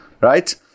right